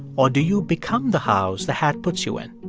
or do you become the house the hat puts you in?